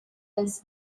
was